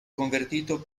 convertito